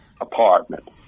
apartment